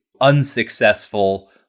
unsuccessful